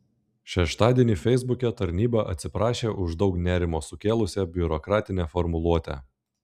šeštadienį feisbuke tarnyba atsiprašė už daug nerimo sukėlusią biurokratinę formuluotę